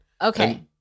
Okay